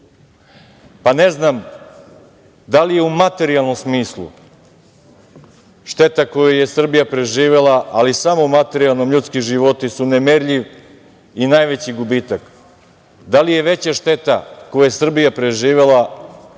ne znam da li je u materijalnom smislu šteta koju je Srbija preživela, ali samo u materijalnom, ljudski životi su nemerljiv i najveći gubitak, da li je veća šteta koju je Srbija preživela